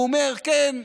והוא אומר: כן,